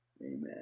Amen